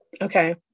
okay